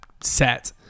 set